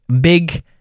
big